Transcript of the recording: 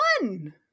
one